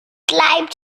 bleibt